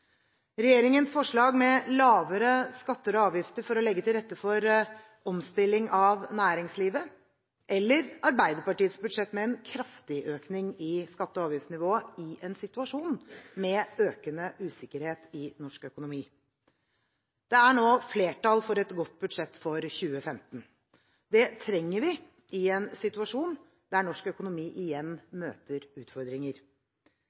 regjeringens forslag om lavere skatter og avgifter for å legge til rette for omstilling av næringslivet eller Arbeiderpartiets budsjett, med en kraftig økning i skatte- og avgiftsnivået i en situasjon med økende usikkerhet i norsk økonomi. Det er nå flertall for et godt budsjett for 2015. Det trenger vi i en situasjon der norsk økonomi